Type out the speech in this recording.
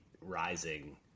rising